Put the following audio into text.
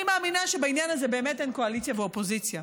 אני מאמינה שבעניין הזה אין קואליציה ואופוזיציה,